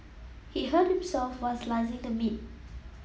he hurt himself while slicing the meat